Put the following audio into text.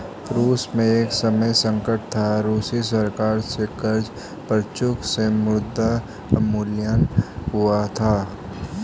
रूस में एक समय संकट था, रूसी सरकार से कर्ज पर चूक से मुद्रा अवमूल्यन हुआ था